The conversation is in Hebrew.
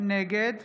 נגד